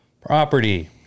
Property